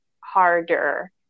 harder